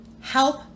help